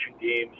games